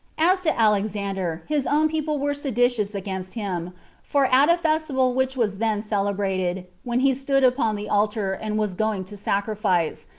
as to alexander, his own people were seditious against him for at a festival which was then celebrated, when he stood upon the altar, and was going to sacrifice,